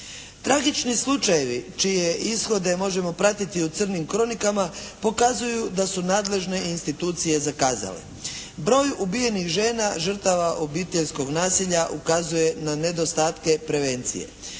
Tragični slučajevi čije ishode možemo pratiti u crnim kronikama pokazuju da su nadležne institucije zakazale. Broj ubijenih žena žrtava obiteljskog nasilja ukazuje na nedostatke prevencije.